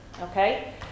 okay